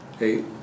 Eight